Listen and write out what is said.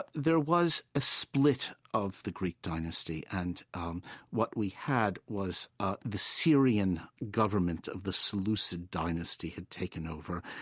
but there was a split of the greek dynasty, and um what we had was ah the syrian government of the seleucid dynasty had taken over.